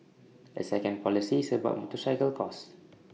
A second policy is about motorcycle costs